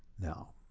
now,